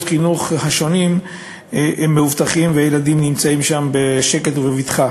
החינוך השונים הם מאובטחים וילדיהם נמצאים שם בשקט ובבטחה.